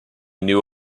knew